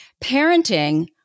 Parenting